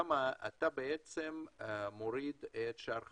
אתה בעצם מוריד את שער החליפין,